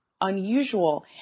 unusual